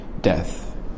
death